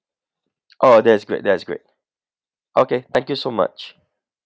oh that's great that's great okay thank you so much